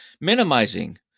minimizing